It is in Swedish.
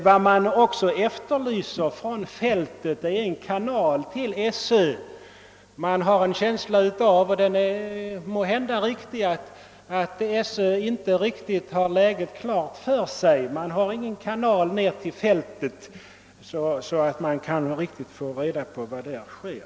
Vad man också efterlyser ute ifrån fältet är en kanal till skolöverstyrelsen. Man har en känsla — och den är måhända riktig — av att skolöverstyrelsen inte riktigt har läget klart för sig, inte har någon kanal ut till fältet så att styrelsen kan få reda på vad som där sker.